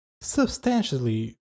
substantially